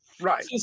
Right